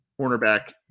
cornerback